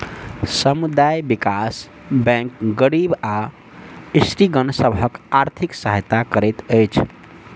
समुदाय विकास बैंक गरीब आ स्त्रीगण सभक आर्थिक सहायता करैत अछि